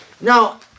Now